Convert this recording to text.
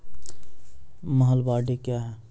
महलबाडी क्या हैं?